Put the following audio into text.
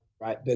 right